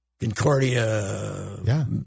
Concordia